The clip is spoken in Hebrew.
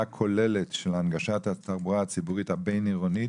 כוללת של הנגשת התחבורה הציבורית הבין-עירונית,